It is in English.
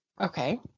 Okay